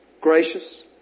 gracious